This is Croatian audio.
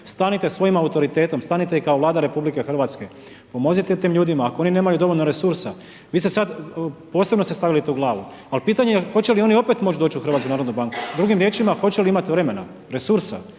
stanite svojim autoritetom, stanite i kao Vlada RH, pomozite tim ljudima ako nemaju dovoljno resursa, vi ste sad posebno stavili tu glavu ali pitanje je hoće li oni opet moći doći u HNB, drugim riječima hoće li imat vremena, resursa